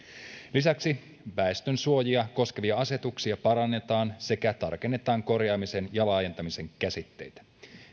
lisäksi parannetaan väestönsuojia koskevia asetuksia sekä tarkennetaan korjaamisen ja laajentamisen käsitteitä